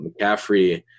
McCaffrey